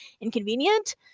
inconvenient